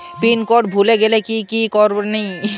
Pin code ভুলে গেলে কি কি করনিয়?